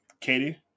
Katie